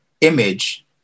image